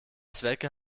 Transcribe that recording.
zwecke